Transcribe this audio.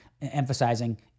emphasizing